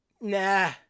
nah